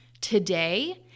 today